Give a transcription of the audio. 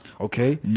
okay